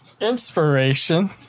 Inspiration